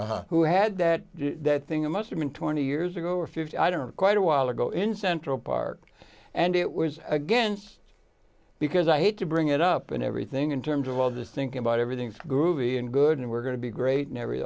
caldicott who had that thing it must have been twenty years ago or fifty i don't quite awhile ago in central park and it was against because i hate to bring it up and everything in terms of all the thinking about everything's groovy and good and we're going to be great and every